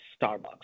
Starbucks